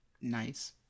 nice